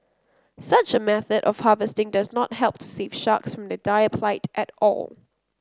such a method of harvesting does not help to save sharks of the dire plight at all